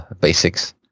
basics